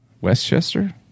Westchester